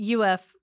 UF